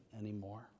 anymore